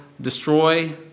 destroy